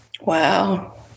Wow